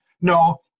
No